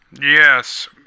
yes